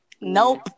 Nope